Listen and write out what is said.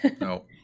No